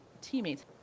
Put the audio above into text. teammates